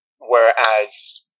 whereas